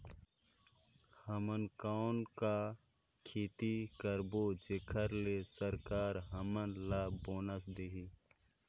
हमन कौन का खेती करबो जेकर से सरकार हमन ला बोनस देही?